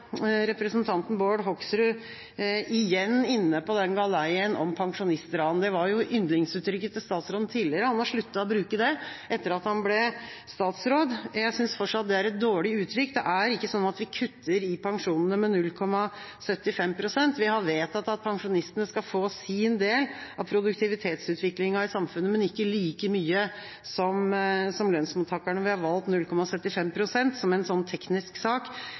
Representanten Bård Hoksrud var igjen ute på galeien med «pensjonistran». Det var yndlingsuttrykket til statsråden tidligere, han har sluttet å bruke det etter at han ble statsråd. Jeg synes fortsatt det er et dårlig uttrykk, det er ikke sånn at vi kutter i pensjonene med 0,75 pst. Vi har vedtatt at pensjonistene skal få sin del av produktivitetsutviklinga i samfunnet, men ikke like mye som lønnsmottakerne. Vi har valgt 0,75 pst. – en teknisk sak